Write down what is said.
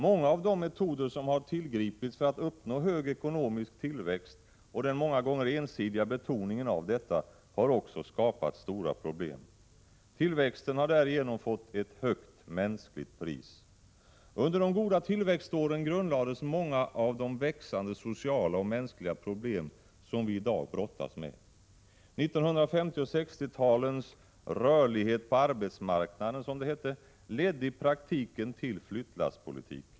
Många av de metoder som har tillgripits för att uppnå ekonomisk tillväxt och den många gånger ensidiga betoningen av detta har också skapat stora problem. Tillväxten har därigenom fått ett högt mänskligt pris. Under de goda tillväxtåren grundlades många av de växande sociala och mänskliga problem som vi i dag brottas med. 1950 och 1960-talens rörlighet på arbetsmarknaden, som det hette, ledde i praktiken till flyttlasspolitik.